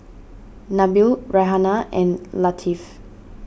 Nabil Raihana and Latif